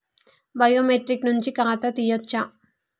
Biometric నుంచి ఖాతా తీయచ్చా?